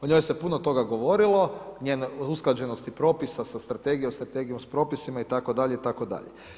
O njoj se puno toga govorilo, usklađenosti propisa sa strategijom, strategijom s propisima itd., itd.